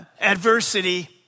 adversity